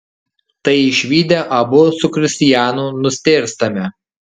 tai išvydę abu su kristianu nustėrstame